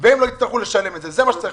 זה היה